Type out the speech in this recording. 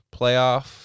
playoff